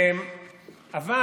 אבל